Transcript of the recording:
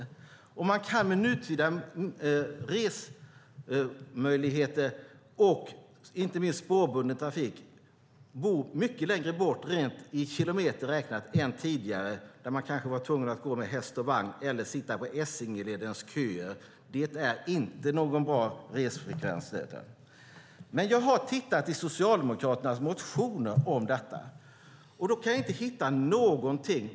Med nutida resmöjligheter och inte minst spårbunden trafik kan man nu bo mycket längre bort i kilometer räknat än tidigare då man kanske var tvungen att gå med häst och vagn eller sitta i Essingeledens köer. Det är inte någon bra resfrekvens. Jag har tittat i Socialdemokraternas motioner efter detta. Jag kan inte hitta någonting.